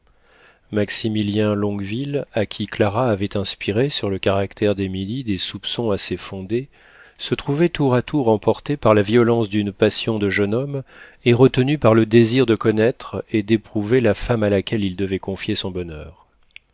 maximilien longueville à qui clara avait inspiré sur le caractère d'émilie des soupçons assez fondés se trouvait tour à tour emporté par la violence d'une passion de jeune homme et retenu par le désir de connaître et d'éprouver la femme à laquelle il devait confier son bonheur